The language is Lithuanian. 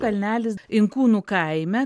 kalnelis inkūnų kaime